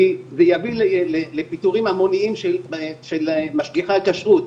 כי זה יביא לפיטורים המוניים של משגיחי הכשרות,